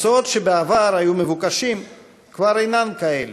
מקצועות שבעבר היו מבוקשים כבר אינם כאלה,